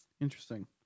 interesting